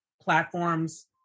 platforms